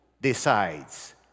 decides